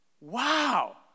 Wow